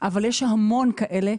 אבל יש המון כאלה.